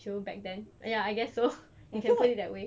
chill back then ya I guess so you can put it that way